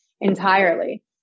entirely